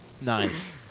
Nice